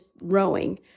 rowing